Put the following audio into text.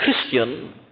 Christian